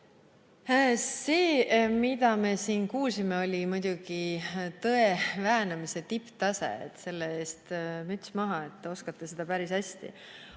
See, mida me siin kuulsime, oli muidugi tõe väänamise tipptase. Selle ees müts maha, te oskate seda päris hästi.